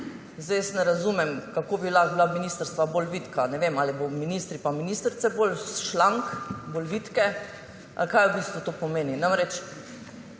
vitka. Ne razumem, kako bi lahko bila ministrstva bolj vitka. Ne vem, ali bodo ministrice pa ministri bolj šlank, bolj vitki, ali kaj v bistvu to pomeni. Namreč,